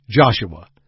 Joshua